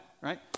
right